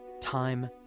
time